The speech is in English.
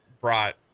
brought